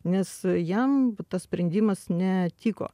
nes jam tas sprendimas netiko